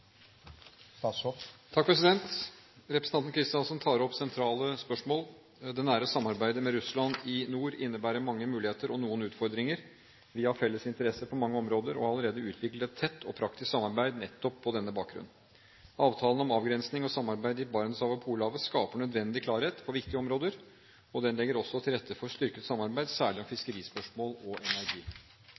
Representanten Kristiansen tar opp sentrale spørsmål. Det nære samarbeidet med Russland i nord innebærer mange muligheter og noen utfordringer. Vi har felles interesser på mange områder og har allerede utviklet et tett og praktisk samarbeid nettopp på denne bakgrunn. Avtalen om avgrensning og samarbeid i Barentshavet og Polhavet skaper nødvendig klarhet på viktige områder. Den legger også til rette for styrket samarbeid, særlig om fiskeri- og